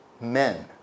men